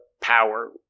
power